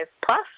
plus